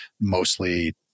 mostly